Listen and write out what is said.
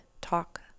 talk